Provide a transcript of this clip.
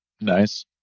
Nice